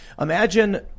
Imagine